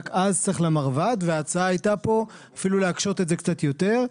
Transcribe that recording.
רק אז צריך לפנות למרב"ד וההצעה הייתה כאן אפילו להקשות את זה קצת יותר.